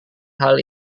hal